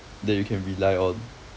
that you can rely on